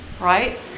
right